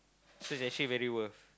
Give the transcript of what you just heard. so it's actually very worth